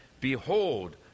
Behold